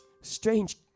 strange